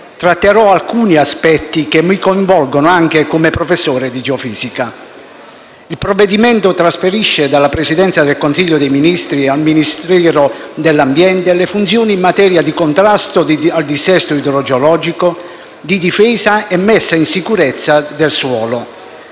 Tratterò alcuni aspetti che mi coinvolgono anche come professore di geofisica. Il provvedimento trasferisce dalla Presidenza del Consiglio dei ministri al Ministero dell'ambiente le funzioni in materia di contrasto al dissesto idrogeologico, di difesa e messa in sicurezza del suolo.